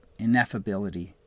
ineffability